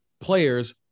players